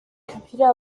computer